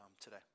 today